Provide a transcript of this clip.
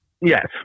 Yes